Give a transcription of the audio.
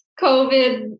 COVID